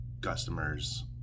customers